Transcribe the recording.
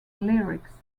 lyrics